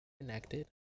connected